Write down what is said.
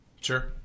Sure